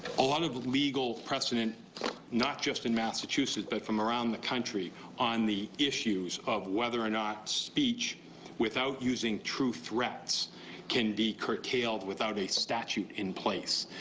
a lot of legal precedents not just in massachusetts but from around the country on the issues of whether or not speech without using true threats can be curtailed without a statute in place.